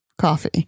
coffee